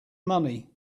money